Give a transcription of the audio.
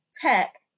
tech